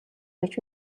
гэж